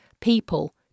people